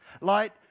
Light